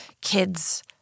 kid's